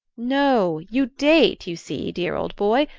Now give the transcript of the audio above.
no you date, you see, dear old boy.